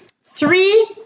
three